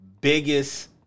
biggest